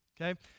okay